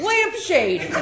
Lampshade